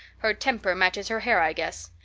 her temper matches her hair i guess.